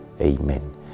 Amen